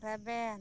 ᱨᱮᱵᱮᱱ